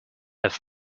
have